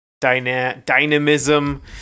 dynamism